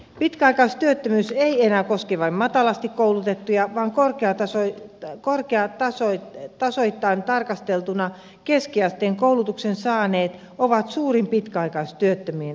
pitkäaikaistyöttömyys ei enää koske vain matalasti koulutettuja vaan korkea taso ja korkeat tasoittaa tasoittain tarkasteltuna keskiasteen koulutuksen saaneet ovat suurin pitkäaikaistyöttömien ryhmä